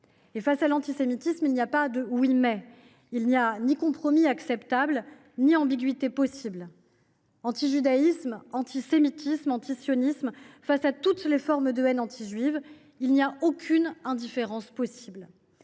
Face à l’antisémitisme, il n’y a pas de « oui, mais ». Il n’y a ni compromis acceptable ni ambiguïté possible. Antijudaïsme, antisémitisme, antisionisme : face à toutes les formes de haine anti juive, il n’y a pas d’indifférence possible.